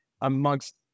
amongst